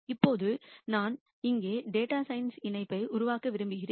இப்போது நான் இங்கே டேட்டா சயின்ஸ் இணைப்பை உருவாக்க விரும்புகிறேன்